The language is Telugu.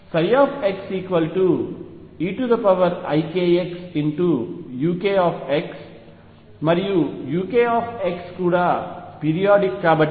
kxeikxuk మరియు uk కూడా పీరియాడిక్ కాబట్టి